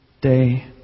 day